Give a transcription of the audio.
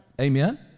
Amen